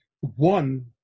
One